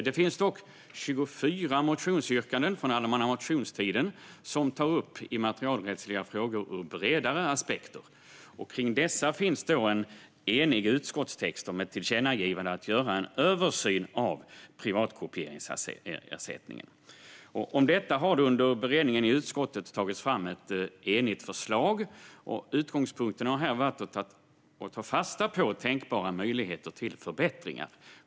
Det finns dock 24 motionsyrkanden från allmänna motionstiden som tar upp immaterialrättsliga frågor ur bredare aspekter. Kring dessa finns en enig utskottstext om ett tillkännagivande om att göra en översyn av privatkopieringsersättningen. Om detta har det under beredningen i utskottet tagits fram ett enigt förslag. Utgångspunkten har varit att ta fasta på tänkbara möjligheter till förbättringar.